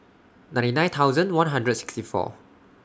ninety nine thousand one hundred sixty four